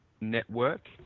network